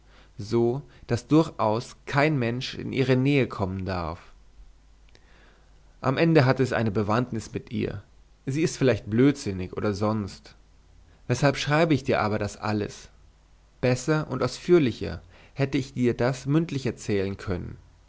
so daß durchaus kein mensch in ihre nähe kommen darf am ende hat es eine bewandtnis mit ihr sie ist vielleicht blödsinnig oder sonst weshalb schreibe ich dir aber das alles besser und ausführlicher hätte ich dir das mündlich erzählen können